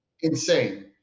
insane